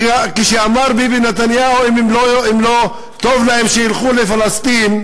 כשאמר ביבי נתניהו: אם לא טוב להם, שילכו לפלסטין,